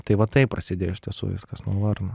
tai va taip prasidėjo iš tiesų viskas nuo varno